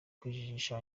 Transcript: kujijisha